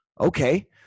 Okay